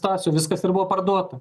stasio viskas ir buvo parduota